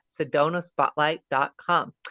sedonaspotlight.com